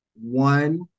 One